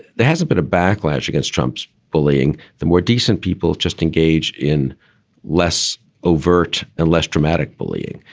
there hasn't been a backlash against trump's bullying. the more decent people just engage in less overt and less dramatic bullying.